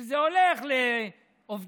וזה הולך לעובדים